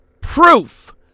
proof